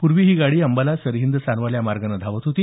पूर्वी ही गाडी अंबाला सरहिंद सानवाल या मार्गाने धावत होती